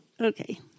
Okay